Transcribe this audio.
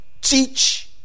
teach